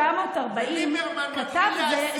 ליברמן מתחיל להסית,